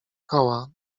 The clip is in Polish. koła